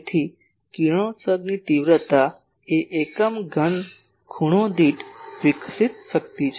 તેથી કિરણોત્સર્ગની તીવ્રતા એ એકમ ઘન ખૂણો દીઠ વિકસિત શક્તિ છે